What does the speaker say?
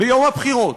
ביום הבחירות,